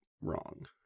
wrong